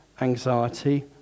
anxiety